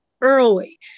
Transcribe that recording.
early